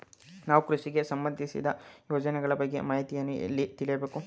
ನಾವು ಕೃಷಿಗೆ ಸಂಬಂದಿಸಿದ ಯೋಜನೆಗಳ ಬಗ್ಗೆ ಮಾಹಿತಿಯನ್ನು ಎಲ್ಲಿ ತಿಳಿಯಬೇಕು?